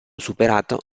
superato